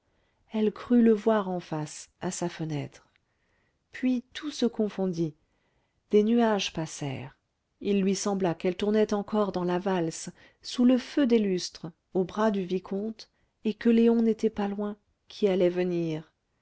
elle crut le voir en face à sa fenêtre puis tout se confondit des nuages passèrent il lui sembla qu'elle tournait encore dans la valse sous le feu des lustres au bras du vicomte et que léon n'était pas loin qui allait venir